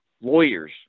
lawyers